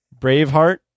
Braveheart